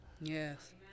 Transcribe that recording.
Yes